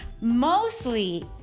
Mostly